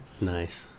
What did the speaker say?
Nice